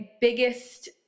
biggest